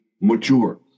mature